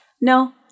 No